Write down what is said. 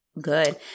Good